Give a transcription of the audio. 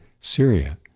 Syria